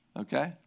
okay